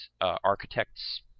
architect's